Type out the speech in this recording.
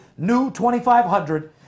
NEW2500